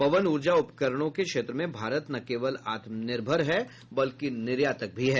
पवन ऊर्जा उपकरणों के क्षेत्र में भारत न केवल आत्मनिर्भर है बल्कि निर्यातक भी है